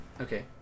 Okay